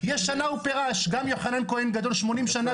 היא תנוח חצי שעה ואחר כך משהו אחר יתעורר.